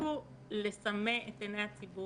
תפסיקו לסמא את עיני הציבור